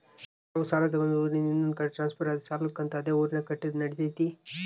ನಾವು ಸಾಲ ತಗೊಂಡು ಊರಿಂದ ಇನ್ನೊಂದು ಕಡೆ ಟ್ರಾನ್ಸ್ಫರ್ ಆದರೆ ಸಾಲ ಕಂತು ಅದೇ ಊರಿನಾಗ ಕಟ್ಟಿದ್ರ ನಡಿತೈತಿ?